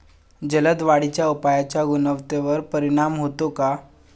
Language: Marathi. जलद वाढीच्या उपायाचा गुणवत्तेवर परिणाम होतो का?